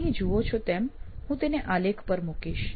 આપ અહીં જુઓ છો તેમ હું તેને આલેખ પર મૂકીશ